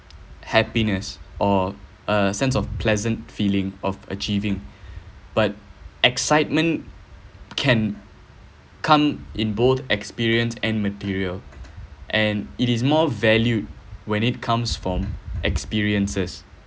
happiness or a sense of pleasant feeling of achieving but excitement can come in both experience and material and it is more valued when it comes from experiences